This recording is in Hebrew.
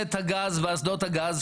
צנרת הגז ואסדות הגז,